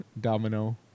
Domino